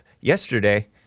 yesterday